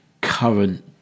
current